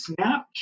Snapchat